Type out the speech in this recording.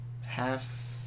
half